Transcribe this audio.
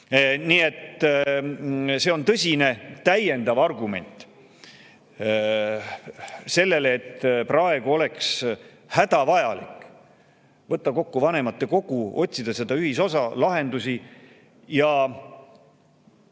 Nii et see on tõsine täiendav argument selle poolt, et praegu oleks hädavajalik võtta kokku vanematekogu ning otsida ühisosa ja lahendusi. Mina